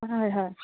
হয় হয়